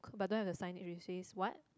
but don't have the sign that really says what